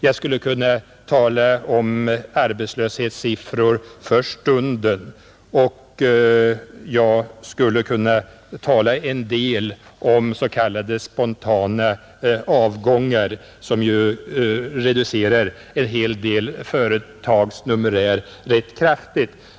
Jag skulle kunna tala om arbetslöshetssiffror för dagen, och jag skulle kunna tala en del om s.k. spontana avgångar, som ju reducerar en hel del företags numerär ganska kraftigt.